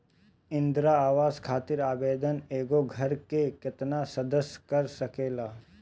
इंदिरा आवास खातिर आवेदन एगो घर के केतना सदस्य कर सकेला?